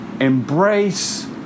embrace